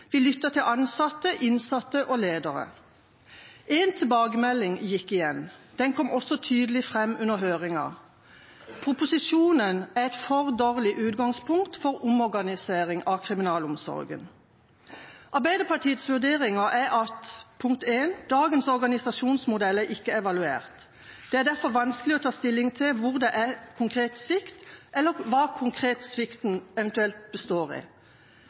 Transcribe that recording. til ansatte, innsatte og ledere. En tilbakemelding gikk igjen. Den kom også tydelig fram under høringen: Proposisjonen er et for dårlig utgangspunkt for omorganisering av kriminalomsorgen. Arbeiderpartiets vurderinger er: Dagens organisasjonsmodell er ikke evaluert. Det er derfor vanskelig å ta stilling til hvor det er svikt, eller konkret hva svikten eventuelt består i.